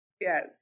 yes